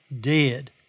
dead